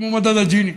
כמו מדד הג'יני,